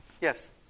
Yes